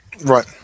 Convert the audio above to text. right